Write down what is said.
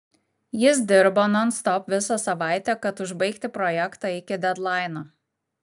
jis dirbo nonstop visą savaitę kad užbaigti projektą iki dedlaino